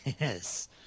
Yes